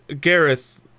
gareth